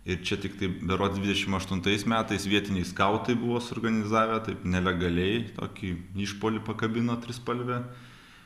ir čia tiktai berods dvidešim aštuntais metais vietiniai skautai buvo suorganizavę taip nelegaliai tokį išpuolį pakabino trispalvę